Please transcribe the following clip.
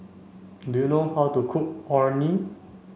do you know how to cook Orh Nee